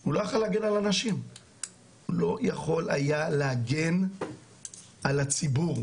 הוא לא יכול היה להגן על אנשים.